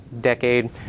decade